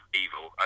evil